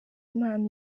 impano